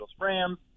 Rams